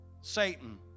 Satan